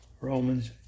Romans